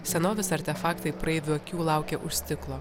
senovės artefaktai praeivių akių laukia už stiklo